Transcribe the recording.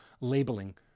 labeling